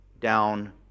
down